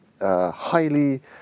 highly